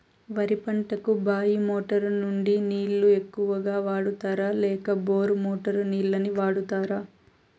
వరి పంటకు బాయి మోటారు నుండి నీళ్ళని ఎక్కువగా వాడుతారా లేక బోరు మోటారు నీళ్ళని వాడుతారా?